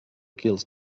kills